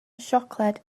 siocled